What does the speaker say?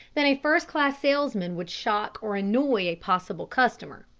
than a first-class salesman would shock or annoy a possible customer.